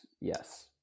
yes